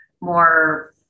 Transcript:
more